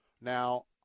Now